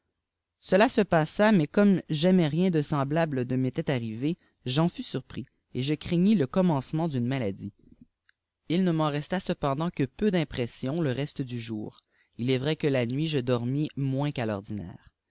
celia se passa mais comme jamais rien de semblable ne m était arrivé j'en fus surpris et je craignis le commencement d'une maladie il ne m'en resta cependant que peu d'impression le reste du jour il est vrai que la nuit je dormis moins qu'à fordinàire